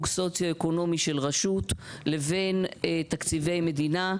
סוציו-אקונומי של רשות לבין תקציבי מדינה.